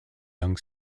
young